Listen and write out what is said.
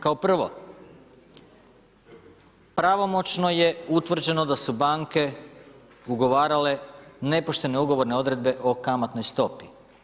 Kao prvo pravomoćno je utvrđeno da su banke ugovarale nepoštene ugovorne odredbe o kamatnoj stopi.